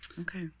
Okay